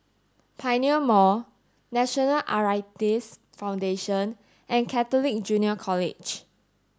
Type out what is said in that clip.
Pioneer Mall National Arthritis Foundation and Catholic Junior College